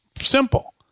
Simple